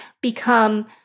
become